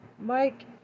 Mike